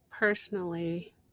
Personally